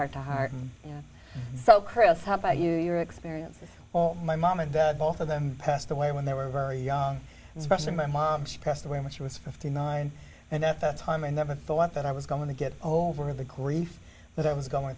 and so chris how about you your experience my mom and dad both of them passed away when they were very young especially my mom she passed away when she was fifty nine and at the time and never thought that i was going to get over the grief that i was going